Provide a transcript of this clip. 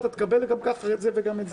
אתה תקבל גם ככה את זה וגם את זה.